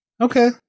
Okay